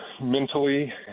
mentally